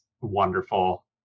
wonderful